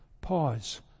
pause